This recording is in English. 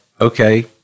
okay